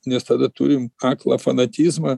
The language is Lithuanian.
nes tada turim aklą fanatizmą